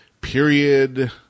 period